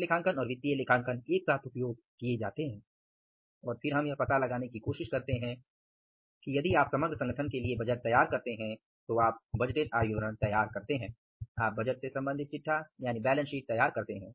लागत लेखांकन और वित्तीय लेखांकन एक साथ उपयोग किये जाते हैं और फिर हम यह पता करने की कोशिश करते हैं कि यदि आप समग्र संगठन के लिए बजट तैयार करते हैं तो आप बजटेड आय विवरण तैयार करते हैं आप बजट से संबंधित चिटठा बैलेंस शीट तैयार करते हैं